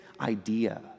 idea